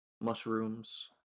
mushrooms